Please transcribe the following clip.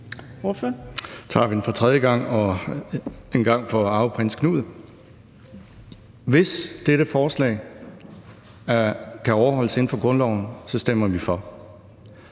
Hvis dette forslag kan overholdes inden for grundloven, stemmer vi for.